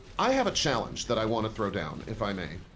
i have a challenge that i want to throw down, if i may.